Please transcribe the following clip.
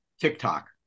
tiktok